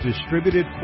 distributed